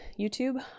YouTube